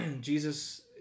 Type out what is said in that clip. Jesus